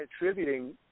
attributing